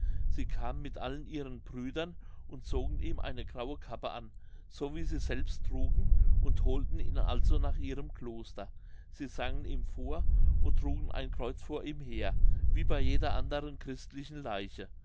sie kamen mit allen ihren brüdern und zogen ihm eine graue kappe an so wie sie selbst trugen und holten ihn also nach ihrem kloster sie sangen ihm vor und trugen ein kreuz vor ihm her wie bei jeder anderen christlichen leiche